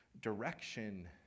direction